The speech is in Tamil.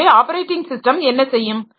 எனவே ஆப்பரேட்டிங் ஸிஸ்டம் என்ன செய்யும்